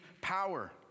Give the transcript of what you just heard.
power